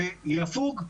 ויפוג.